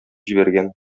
җибәргән